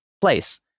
place